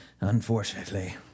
unfortunately